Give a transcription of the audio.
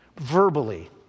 verbally